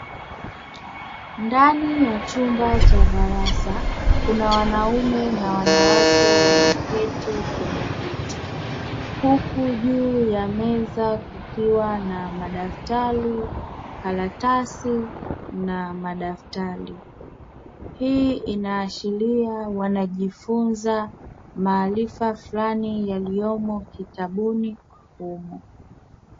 Ndani ya chumba cha darasa kuna wanaume na wanawake wameketi kwenye viti. Huku juu ya meza kukiwa na madaftari, karatsi na madaftri. Hii inaashiria wanajifunza maarifa fulani yaliyomo kitabuni humo.